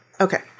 Okay